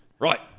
right